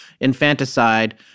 infanticide